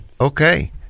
Okay